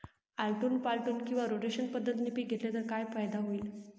आलटून पालटून किंवा रोटेशन पद्धतीने पिके घेतली तर काय फायदा होईल?